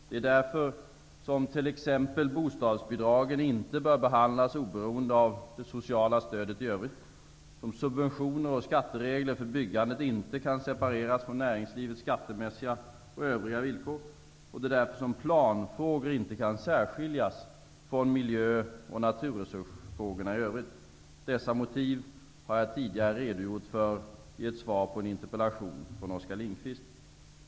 Det är därför som t.ex. bostadsbidragen inte bör behandlas oberoende av det sociala stödet i övrigt, som subventioner och skatteregler för byggandet inte kan separeras från näringslivets skattemässiga och övriga villkor, och det är därför som planfrågorna inte kan särskiljas från miljö och naturresursfrågorna i övrigt. Dessa motiv har jag tidigare redogjort för i ett svar på en interpellation från Oskar Lindkvist.